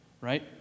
right